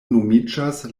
nomiĝas